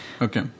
Okay